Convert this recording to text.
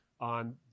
On